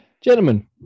gentlemen